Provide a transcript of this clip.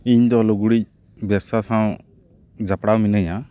ᱤᱧ ᱫᱚ ᱞᱩᱜᱽᱲᱤᱡ ᱵᱮᱵᱥᱟ ᱥᱟᱶ ᱡᱚᱯᱚᱲᱟᱣ ᱢᱤᱱᱟᱹᱧᱟ